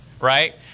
right